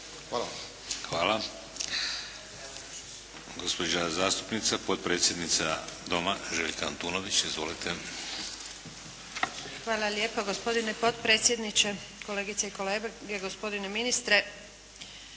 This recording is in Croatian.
(HDZ)** Hvala. Gospođa zastupnica, potpredsjednica Doma Željka Antunović. Izvolite. **Antunović, Željka (SDP)** Hvala lijepa gospodine potpredsjedniče, kolegice i kolege, gospodine ministre.